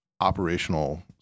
operational